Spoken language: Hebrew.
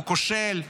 הוא כושל,